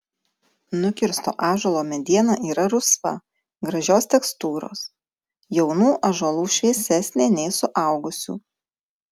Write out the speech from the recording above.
nukirsto ąžuolo mediena yra rusva gražios tekstūros jaunų ąžuolų šviesesnė nei suaugusių